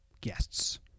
guests